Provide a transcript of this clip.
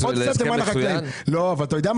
אתה לא אמרת שהגיעו להסכם מצוין?